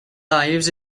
lives